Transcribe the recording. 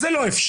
-- זה לא אפשרי,